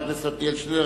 חבר הכנסת עתניאל שנלר,